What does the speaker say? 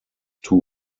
two